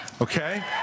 okay